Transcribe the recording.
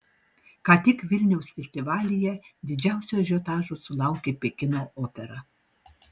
ką tik vilniaus festivalyje didžiausio ažiotažo sulaukė pekino opera